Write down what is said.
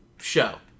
show